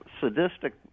sadistic